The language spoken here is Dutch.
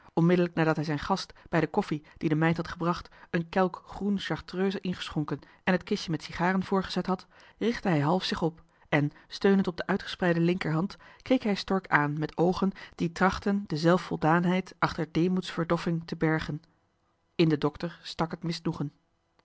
onmiddellijk nadat hij zijn gast bij de koffie door de meid gebracht een kelk groene chartreuse ingeschonken en het kisje met sigaren voorgezet had richtte hij half zich op en steunend op de uitgespreide linkerhand keek hij stork aan met oogen die trachtten de zelfvoldaanheid achter deemoeds verdoffing te verbergen johan de meester de zonde in het deftige dorp in den dokter stak het misnoegen